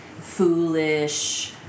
foolish